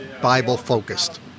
Bible-focused